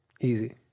Easy